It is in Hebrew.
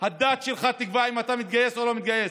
הדת שלך תקבע אם אתה מתגייס או לא מתגייס.